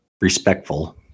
respectful